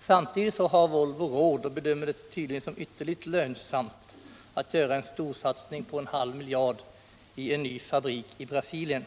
Samtidigt har Volvo råd, och bedömer det tydligen som ytterst lönsamt, att göra en storsatsning på en halv miljard i en ny fabrik i Brasilien.